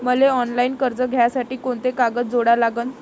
मले ऑफलाईन कर्ज घ्यासाठी कोंते कागद जोडा लागन?